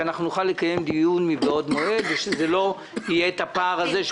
שאנחנו נוכל לקיים דיון מבעוד מועד ושלא יהיה פער כזה שפתאום אין כסף.